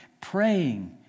praying